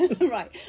Right